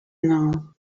now